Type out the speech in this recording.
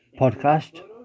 podcast